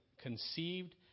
conceived